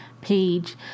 page